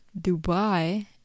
dubai